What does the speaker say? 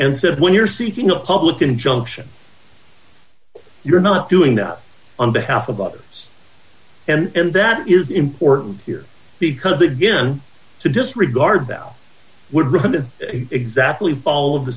and said when you're seeking a public injunction you're not doing that on behalf of others and that is important here because again to disregard that would run exactly ball of the